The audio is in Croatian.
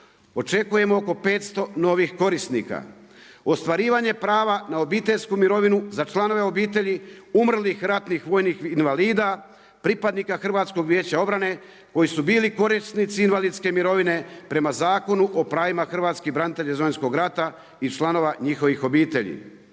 očekujemo oko 500 novih korisnika. Ostvarivanje prava na obiteljsku mirovinu za članove obitelji umrlih ratnih vojnih invalida pripadnika HVO-a koji su bili korisnici invalidske mirovine prema Zakonu o pravima hrvatskih branitelja iz Domovinskog rata i članova njihovih obitelji.